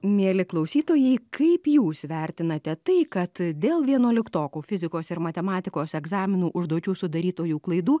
mieli klausytojai kaip jūs vertinate tai kad dėl vienuoliktokų fizikos ir matematikos egzaminų užduočių sudarytojų klaidų